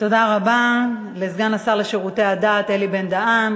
תודה רבה לסגן השר לשירותי הדת אלי בן-דהן.